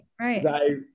right